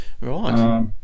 Right